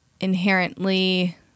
inherently